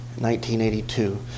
1982